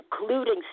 including